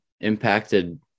impacted